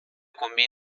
combina